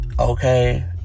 Okay